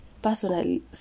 personally